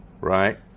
right